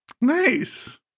Nice